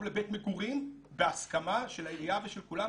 לבית מגורים בהסכמה של העירייה ושל כולם.